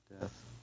Death